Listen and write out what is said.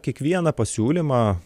kiekvieną pasiūlymą